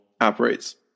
operates